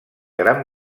gran